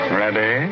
ready